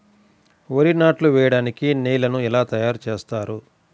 వరి నాట్లు వేయటానికి నేలను ఎలా తయారు చేస్తారు?